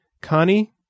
Connie